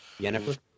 Jennifer